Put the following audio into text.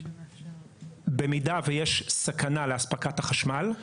במידה ויש סכנה לאספקת החשמל,